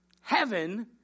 heaven